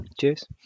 Cheers